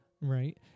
Right